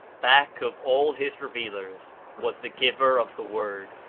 back of all his revealers was the giver of the word,